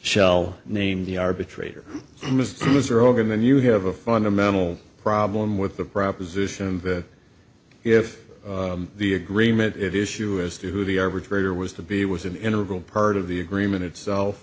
shell name the arbitrator loser organ then you have a fundamental problem with the proposition that if the agreement it is true as to who the arbitrator was to be was an integral part of the agreement itself